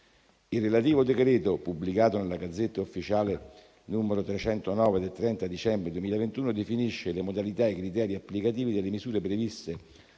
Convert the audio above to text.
Il relativo decreto, pubblicato nella *Gazzetta Ufficiale* n. 309 del 30 dicembre 2021, definisce le modalità e i criteri applicativi delle misure previste